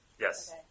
Yes